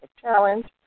challenge